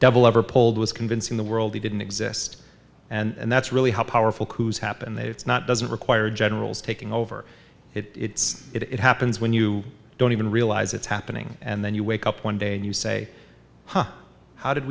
devil ever pulled was convincing the world he didn't exist and that's really how powerful coups happen that it's not doesn't require generals taking over it it happens when you don't even realize it's happening and then you wake up one day and you say how did